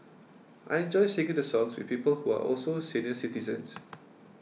I enjoy sing the songs with people who are also senior citizens